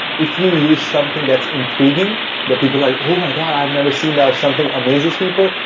if you use something that's intriguing that people like, oh my god, i've never seen that, or something amazing people,